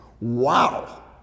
Wow